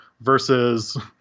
versus